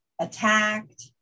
attacked